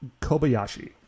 Kobayashi